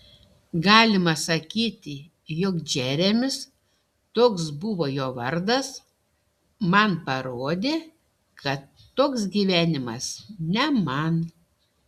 galima sakyti jog džeremis toks buvo jo vardas man parodė kad toks gyvenimas ne man